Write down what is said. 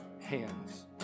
hands